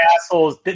assholes